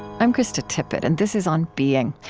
i'm krista tippett, and this is on being.